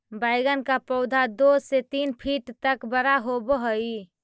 बैंगन का पौधा दो से तीन फीट तक बड़ा होव हई